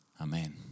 Amen